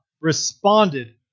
responded